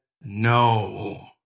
no